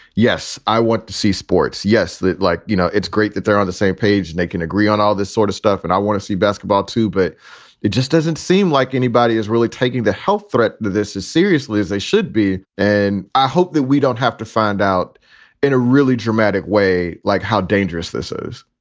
yes, i want to see sports. yes. that like, you know, it's great that they're on the same page and they can agree on all this sort of stuff. and i want to see basketball, too. but it just doesn't seem like anybody is really taking the health threat this as seriously as they should be. and i hope that we don't have to find out in a really dramatic way like how dangerous this is